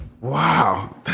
Wow